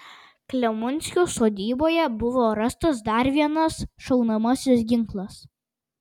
klemunskio sodyboje buvo rastas dar vienas šaunamasis ginklas